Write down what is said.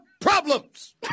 problems